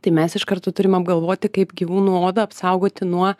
tai mes iš karto turim apgalvoti kaip gyvūnų odą apsaugoti nuo